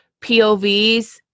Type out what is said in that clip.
povs